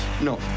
no